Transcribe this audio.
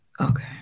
Okay